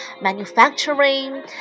manufacturing